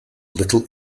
little